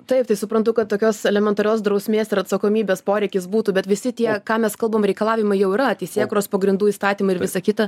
taip tai suprantu kad tokios elementarios drausmės ir atsakomybės poreikis būtų bet visi tie ką mes kalbam reikalavimai jau yra teisėkūros pagrindų įstatymai ir visa kita